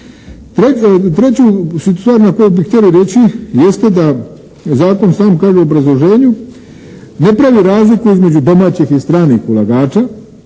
Treću stvar koju bi htjeli reći jeste da zakon sam kaže u obrazloženju, ne pravi razliku između domaćih i stranih ulagača,